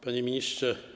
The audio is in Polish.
Panie Ministrze!